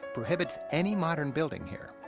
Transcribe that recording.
prohibits any modern building here.